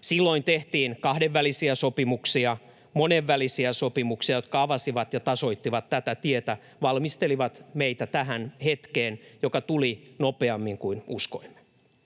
Silloin tehtiin kahdenvälisiä sopimuksia, monenvälisiä sopimuksia, jotka avasivat ja tasoittivat tätä tietä, valmistelivat meitä tähän hetkeen, joka tuli nopeammin kuin uskoimme